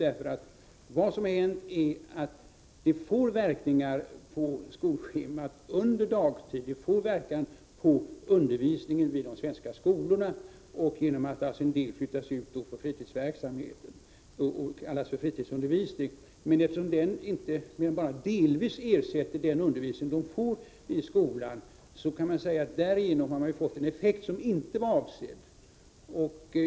Vad som händer är nämligen att det får verkningar på skolschemat under dagtid, det får verkningar på undervisningen vid de svenska skolorna genom att en del flyttas till fritidsverksamheten och kallas för fritidsundervisning. Men eftersom denna undervisning bara delvis ersätter den undervisning barnen får i skolan, så kan man säga att därigenom har det uppstått en effekt som inte var avsedd.